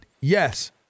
yes